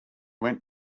went